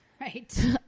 Right